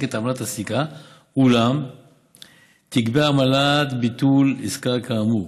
את עמלת הסליקה אולם תגבה עמלת ביטול עסקה כאמור.